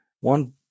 one